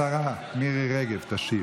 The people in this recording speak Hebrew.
השרה מירי רגב תשיב.